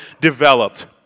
developed